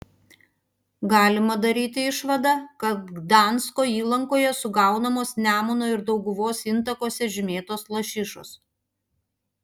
galima daryti išvadą kad gdansko įlankoje sugaunamos nemuno ir dauguvos intakuose žymėtos lašišos